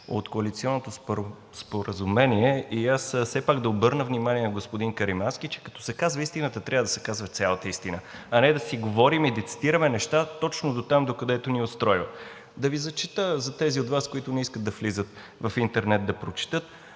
от коалиционното споразумение. Аз все пак да обърна внимание на господин Каримански, че като се казва истината, трябва да се казва цялата истина, а не да си говорим и да цитираме неща точно дотам, докъдето ни устройва. Да Ви зачета за тези от Вас, които не искат да влизат в интернет да прочетат.